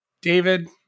David